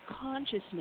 consciousness